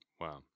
Wow